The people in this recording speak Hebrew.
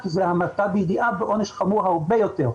אלא זו המתה בידיעה ועונש חמור הרבה יותר.